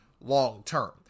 long-term